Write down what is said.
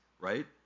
right